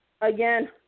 Again